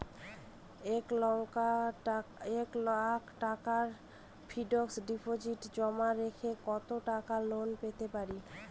এক লক্ষ টাকার ফিক্সড ডিপোজিট জমা রেখে কত টাকা লোন পেতে পারি?